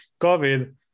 COVID